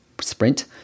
Sprint